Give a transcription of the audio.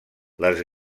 les